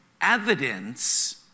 evidence